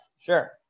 sure